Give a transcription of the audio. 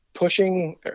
pushing